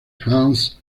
hans